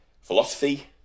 philosophy